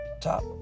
top